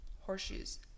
Horseshoes